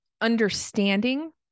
understanding